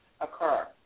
occur